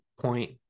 point